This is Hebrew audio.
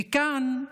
וכאן,